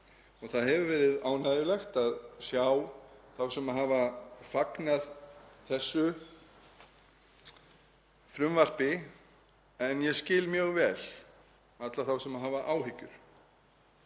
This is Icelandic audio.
Það hefur verið ánægjulegt að sjá þá sem hafa fagnað þessu frumvarpi en ég skil mjög vel alla þá sem hafa áhyggjur.